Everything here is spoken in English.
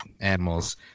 animals